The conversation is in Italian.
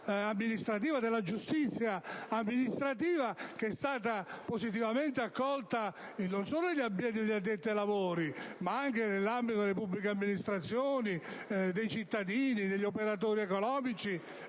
della giustizia amministrativa, iniziativa positivamente accolta non solo negli ambienti degli addetti ai lavori ma anche nell'ambito delle pubbliche amministrazioni, dai cittadini, dagli operatori economici